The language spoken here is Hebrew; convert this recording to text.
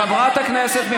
חבר הכנסת קרעי.